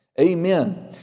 Amen